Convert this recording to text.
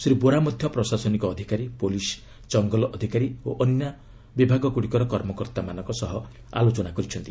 ଶ୍ରୀ ବୋରା ମଧ୍ୟ ପ୍ରଶାସନିକ ଅଧିକାରୀ ପୁଲିସ୍ କଙ୍ଗଲ ଅଧିକାରୀ ଓ ଅନ୍ୟ ବିଭାଗଗୁଡ଼ିକର କର୍ମକର୍ତ୍ତାମାନଙ୍କ ସହ ଆଲୋଚନା କରିଛନ୍ତି